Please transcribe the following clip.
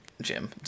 jim